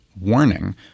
warning